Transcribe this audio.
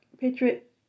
Patriot